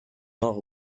nord